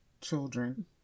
children